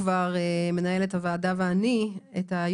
מנהלת הוועדה ואני התחלנו לבדוק את